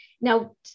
Now